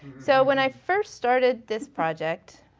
so when i first started this project,